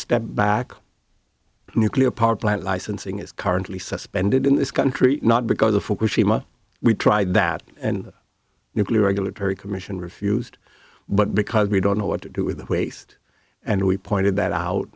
step back nuclear power plant licensing is currently suspended in this country not because the fukushima we tried that and the nuclear regulatory commission refused but because we don't know what to do with the waste and we pointed that out